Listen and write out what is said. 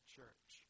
Church